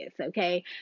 okay